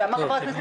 כשאמר חבר הכנסת